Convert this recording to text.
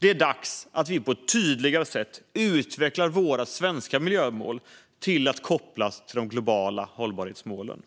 Det är dags att vi på ett tydligare sätt utvecklar våra svenska miljömål och kopplar dem till de globala hållbarhetsmålen.